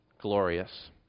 glorious